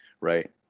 Right